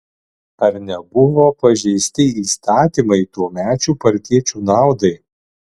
ar nebuvo pažeisti įstatymai tuomečių partiečių naudai